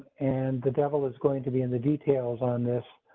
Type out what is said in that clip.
and the devil is going to be in the details on this,